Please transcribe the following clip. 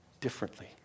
differently